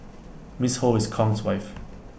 miss ho is Kong's wife